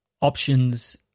options